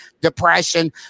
depression